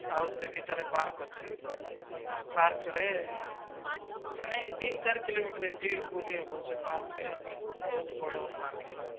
ଆଉ ସେଇ ଭିତରେ ପାର୍କ ଅଛି ପାର୍କରେ ମାନେ ତିନି ଚାରି କିଲୋମିଟର୍ ଏମତି ବୁଲି ହେବ ସେ ପାର୍କ ବହୁତ ବଡ଼ ପାର୍କ ହେଲା